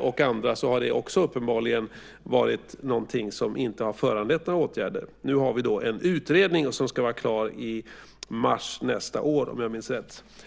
och andra har det uppenbarligen varit något som föranlett några åtgärder. Dock har vi nu en utredning som ska vara klar i mars nästa år, om jag minns rätt.